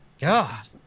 God